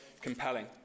compelling